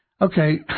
okay